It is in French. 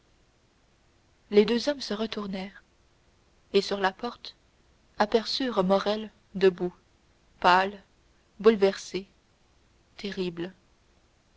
les deux hommes se retournèrent et sur la porte aperçurent morrel debout pâle bouleversé terrible